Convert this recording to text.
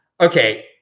Okay